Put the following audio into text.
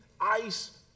ice